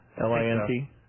L-I-N-T